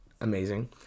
amazing